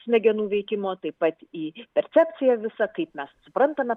smegenų veikimo taip pat į percepciją visą kaip mes suprantame